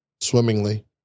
swimmingly